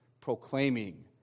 proclaiming